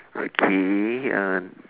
okay uh